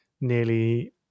nearly